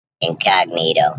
incognito